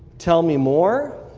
tell me more.